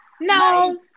No